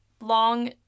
long